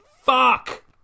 Fuck